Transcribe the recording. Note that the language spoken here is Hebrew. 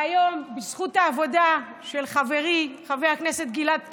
והיום, בזכות העבודה של חברי חבר הכנסת גלעד קריב,